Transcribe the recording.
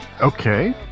Okay